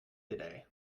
today